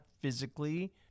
physically